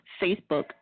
Facebook